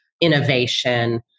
innovation